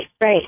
right